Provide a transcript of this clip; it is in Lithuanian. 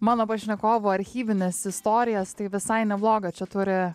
mano pašnekovų archyvines istorijas tai visai nebloga čia turi